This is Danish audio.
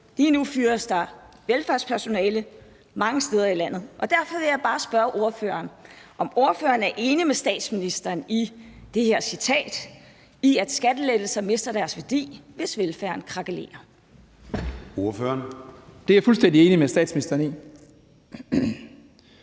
Lige nu fyres der velfærdspersonale mange steder i landet, og derfor vil jeg bare spørge ordføreren, om ordføreren er enig med statsministeren i det her citat, nemlig at skattelettelser mister deres værdi, hvis velfærden krakelerer. Kl. 09:16 Formanden (Søren